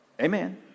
amen